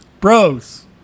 Bros